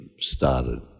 started